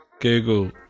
Google